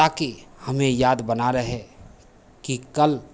ताकि हमें याद बना रहे कि कल